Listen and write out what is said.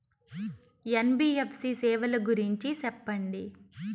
NBFC సేవల గురించి సెప్పండి?